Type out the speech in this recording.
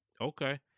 Okay